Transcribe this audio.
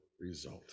result